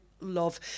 Love